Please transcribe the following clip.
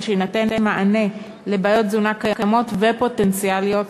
שיינתן מענה על בעיות תזונה קיימות ופוטנציאליות,